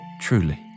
Truly